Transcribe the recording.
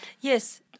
Yes